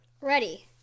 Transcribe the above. Ready